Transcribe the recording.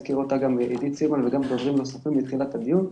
הזכירה אותה גם עידית סילמן וגם דוברים נוספים בתחילת הדיון,